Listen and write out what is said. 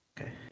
Okay